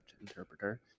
interpreter